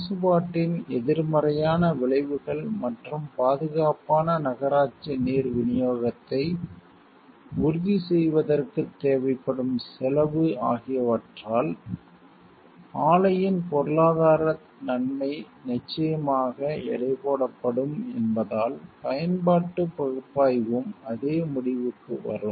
மாசுபாட்டின் எதிர்மறையான விளைவுகள் மற்றும் பாதுகாப்பான நகராட்சி நீர் விநியோகத்தை உறுதி செய்வதற்குத் தேவைப்படும் செலவு ஆகியவற்றால் ஆலையின் பொருளாதார நன்மை நிச்சயமாக எடைபோடப்படும் என்பதால் பயன்பாட்டு பகுப்பாய்வும் அதே முடிவுக்கு வரும்